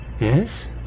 Yes